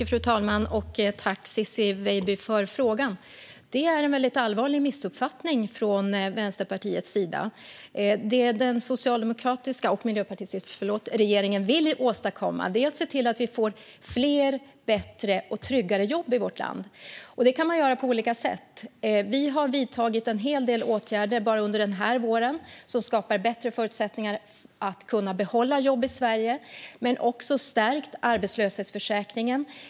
Fru talman! Tack, Ciczie Weidby, för frågan! Detta är en allvarlig missuppfattning från Vänsterpartiets sida. Det den socialdemokratiska och miljöpartistiska regeringen vill åstadkomma är att se till att vi får fler, bättre och tryggare jobb i vårt land. Det kan man göra på olika sätt. Vi har vidtagit en hel del åtgärder under våren som skapar bättre förutsättningar att behålla jobb i Sverige. Vi har också stärkt arbetslöshetsförsäkringen.